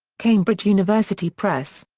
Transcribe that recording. cambridge university press.